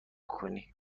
کنی